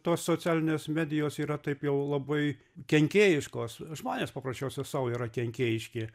tos socialinės medijos yra taip jau labai kenkėjiškos žmonės paprasčiausiai sau yra kenkėjiški